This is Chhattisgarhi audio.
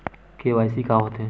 के.वाई.सी का होथे?